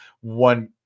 one